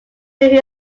during